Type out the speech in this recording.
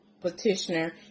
petitioner